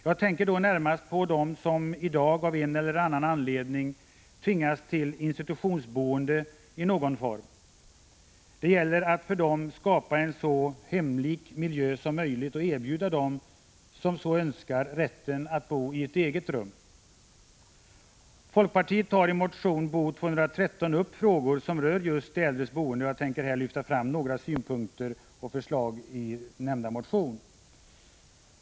Jag tänker då närmast på dem som i dag av en eller annan anledning tvingas till institutionsboende i någon form. Det gäller att för dem skapa en så hemlik miljö som möjligt och erbjuda dem som så önskar att bo i eget rum. Folkpartiet tar i motion Bo213 upp frågor som rör just de äldres boende. Jag tänkte här lyfta fram några synpunkter och förslag som nämns i motionen.